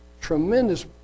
Tremendous